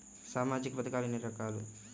సామాజిక పథకాలు ఎన్ని రకాలు?